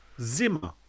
Zimmer